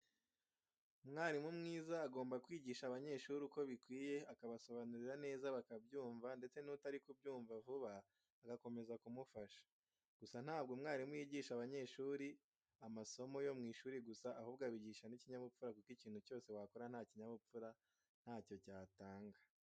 Umwarimu mwiza agomba kwigisha abanyeshuri uko bikwiye, akabasobanurira neza bakabyumva ndetse nutari kubyumva vuba agakomeza kumufasha .Gusa ntabwo umwarimu yigisha abanyeshuri amasomo yo mu ishuri gusa ahubwo abigisha n'ikinyabupfura kuko ikintu cyose wakora nta kinyabupfura ntacyo cyatanga.